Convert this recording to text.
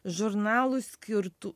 žurnalų skirtų